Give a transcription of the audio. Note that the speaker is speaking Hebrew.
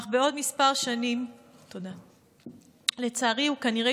אך בעוד מספר שנים לצערי הוא כנראה